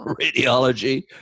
radiology